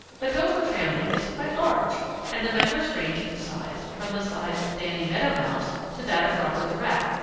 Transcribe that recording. the gopher family is quite large and the members range in size from the size of danny meadow mouse to that of robber the rat,